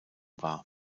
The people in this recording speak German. wahr